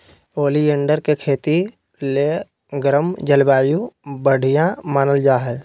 oleander के खेती ले गर्म जलवायु बढ़िया मानल जा हय